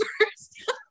first